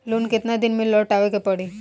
Loan केतना दिन में लौटावे के पड़ी?